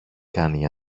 κάνει